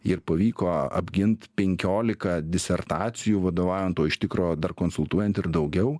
ir pavyko apgint penkiolika disertacijų vadovaujant o iš tikro dar konsultuojant ir daugiau